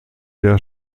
der